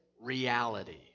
reality